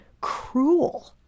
cruel